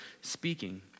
speaking